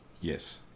yes